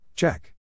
Check